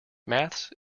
maths